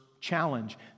challenge